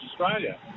Australia